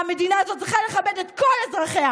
המדינה הזאת צריכה לכבד את כל אזרחיה,